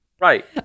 Right